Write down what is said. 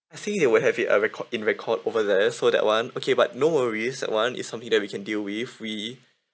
I think they will have it a record in record over there so that [one] okay but no worries that [one] is something that we can deal with we